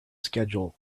schedule